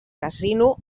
casino